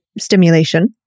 stimulation